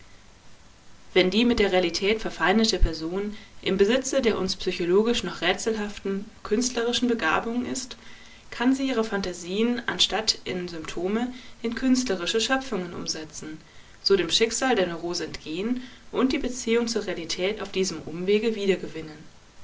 wenn die mit der realität verfeindete person im besitze der uns psychologisch noch rätselhaften künstlerischen begabung ist kann sie ihre phantasien anstatt in symptome in künstlerische schöpfungen umsetzen so dem schicksal der neurose entgehen und die beziehung zur realität auf diesem umwege wiedergewinnen